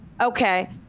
Okay